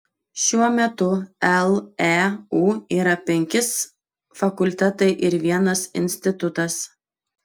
šiuo metu leu yra penkis fakultetai ir vienas institutas